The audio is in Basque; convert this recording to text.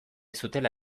zutela